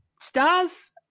stars